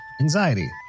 Anxiety